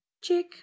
Check